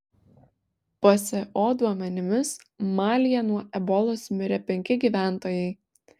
pso duomenimis malyje nuo ebolos mirė penki gyventojai